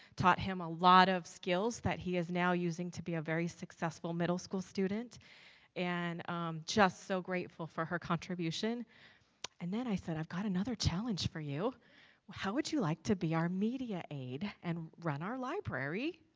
taught him a lot of skills that he is now using to be a very successful middle school student an just so grateful for her contribution an then i said i've got another challenge for you how would you like to be our media aid and run our library.